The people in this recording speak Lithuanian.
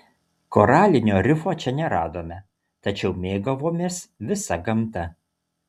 koralinio rifo čia neradome tačiau mėgavomės visa gamta